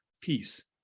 peace